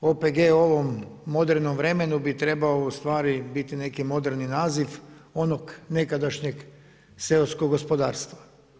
OPG ovom modernom vremenu bi trebao u stvari biti neki moderni naziv onog nekadašnjeg seoskog gospodarstva.